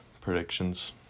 predictions